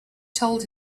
told